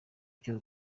urukiko